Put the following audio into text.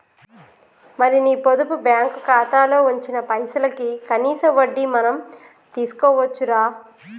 మరి నీ పొదుపు బ్యాంకు ఖాతాలో ఉంచిన పైసలకి కనీస వడ్డీ మనం తీసుకోవచ్చు రా